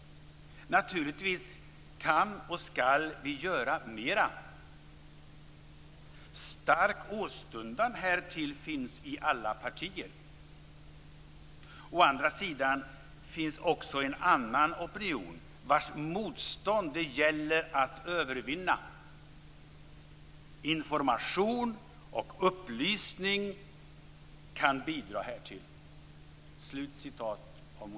Naturligtvis kan och skall vi göra mera. Stark åstundan härtill finns i alla partier. Å andra sidan finns också en annan opinion, vars motstånd det gäller att övervinna. Information och upplysning kan bidra härtill."